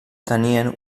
tenien